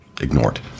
ignored